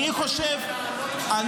אני מצפה ממך לעלות כשזה יהיה עוד כמה ימים,